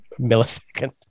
millisecond